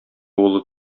улы